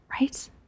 right